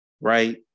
Right